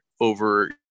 over